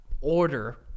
order